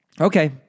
Okay